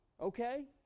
okay